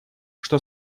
что